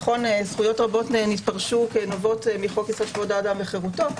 נכון זכויות רבות התפרשו כנובעות מחוק יסוד: כבוד האדם וחירותו,